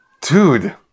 Dude